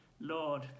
Lord